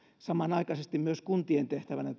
samanaikaisesti myös kuntien tehtävänä